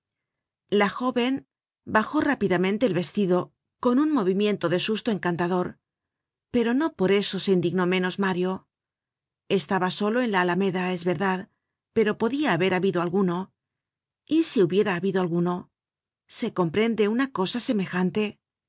la joven bajó rápidamente el vestido con un movimiento de susto encantador pero no por eso se indignó menos mario estaba solo en la alameda es verdad pero podia haber habido alguno y si hubiera habido alguno se comprende una cosa semejante